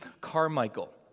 Carmichael